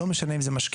לא משנה אם זה משקיעים,